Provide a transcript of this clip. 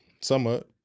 Somewhat